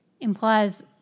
implies